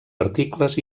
articles